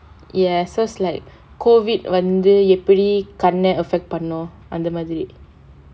ya so is like COVID வந்து எப்படி கண்ண:vanthu eppadi kanna affect பண்ணும் அந்த மாதிரி:pannum antha maathiri